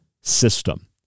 system